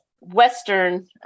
Western